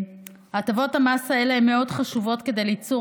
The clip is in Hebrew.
הטבות המס האלה הן מאוד חשובות כדי ליצור